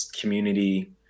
community